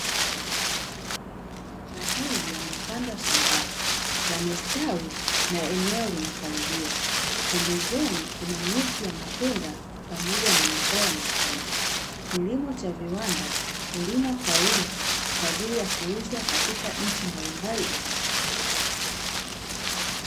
Mahindi yamepandwa shambani, yamestawi na eneo limepaliliwa. Pembezoni kuna miti ya matunda pamoja na mazao mengine. Kilimo cha viwanda hulimwa kwa wingi, kwa ajili ya kuuza katika nchi mbalimbali duniani.